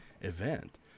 event